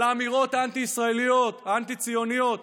על האמירות האנטי-ישראליות, האנטי-ציוניות,